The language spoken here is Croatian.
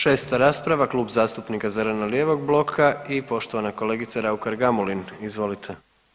6. rasprava Klub zastupnika zeleno-lijevog bloka i poštovana kolegica Raukar Gamulin, izvolite.